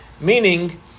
meaning